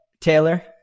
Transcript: Taylor